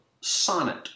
sonnet